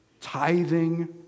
tithing